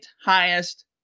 highest